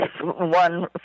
one